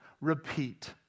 repeat